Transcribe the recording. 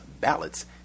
ballots